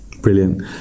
Brilliant